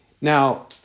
Now